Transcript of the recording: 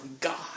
God